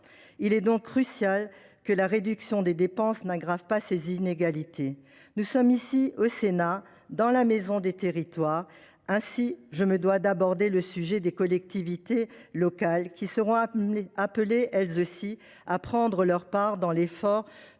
Il est donc crucial que la réduction des dépenses n’aggrave pas ces inégalités. Le Sénat est la maison des territoires. Aussi, je me dois d’aborder la question des collectivités locales, qui seront appelées, elles aussi, à prendre leur part dans l’effort